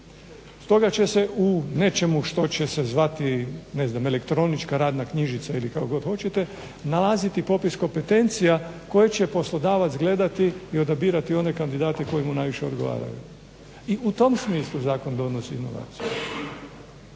Stoga će se u nečemu što će se zvati, ne znam elektronička radna knjižica ili kako god hoćete nalaziti popis kompetencija koje će poslodavac gledati i odabirati one kandidate koji mu najviše odgovaraju. I u tom smislu zakon donosi inovacije.